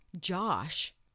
Josh